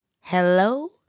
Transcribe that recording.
Hello